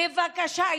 בבקשה.